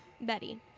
Betty